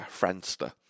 Friendster